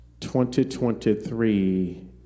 2023